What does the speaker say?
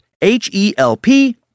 H-E-L-P